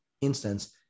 instance